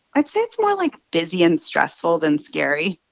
i'd say it's more, like, busy and stressful than scary.